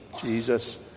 Jesus